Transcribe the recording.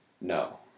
No